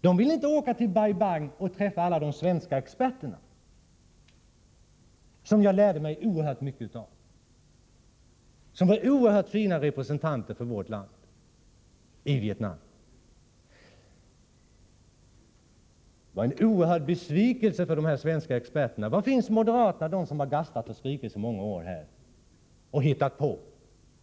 De ville inte åka till Bai Bang och träffa alla de svenska experterna, som jag lärde mig oerhört mycket av, som var oerhört fina representanter för vårt land i Vietnam. Det var en mycket stor besvikelse för de svenska experterna. Var finns moderaterna, som har gastat och skrikit i så många år, som hittat på